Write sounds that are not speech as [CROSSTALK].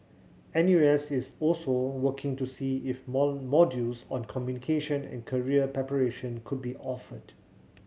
N U S is also working to see if [UNINTELLIGIBLE] modules on communication and career preparation could be offered